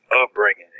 upbringing